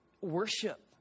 worship